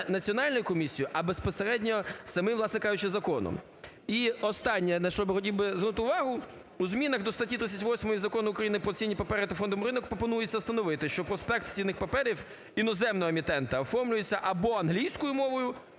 Національною комісією, а безпосередньо саме, власне кажучи, законом. І останнє, на що я хотів би звернути увагу. У змінах до статті 38 Закону України "Про цінні папери та фондовий ринок" пропонується встановити, що проспект з цінних паперів іноземного емітента оформлюється або англійською мовою, або